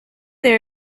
there